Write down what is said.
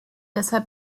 deshalb